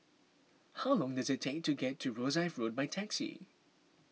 how long does it take to get to Rosyth Road by taxi